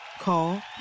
Call